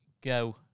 go